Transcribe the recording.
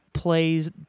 plays